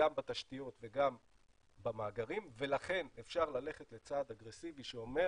גם בתשתיות וגם במאגרים ולכן אפשר ללכת לצעד אגרסיבי שאומר